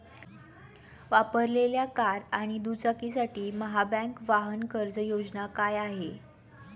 वापरलेल्या कार आणि दुचाकीसाठी महाबँक वाहन कर्ज योजना काय आहे?